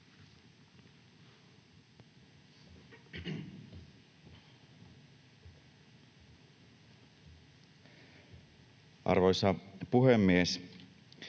arvoisa puhemies!